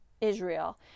Israel